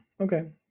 okay